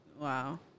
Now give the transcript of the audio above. Wow